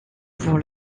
pour